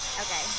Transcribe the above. Okay